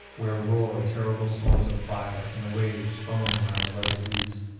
where roar terrible storms of fire and the waves foam round the rugged reefs.